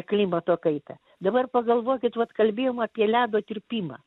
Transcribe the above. klimato kaitą dabar pagalvokit vat kalbėjom apie ledo tirpimą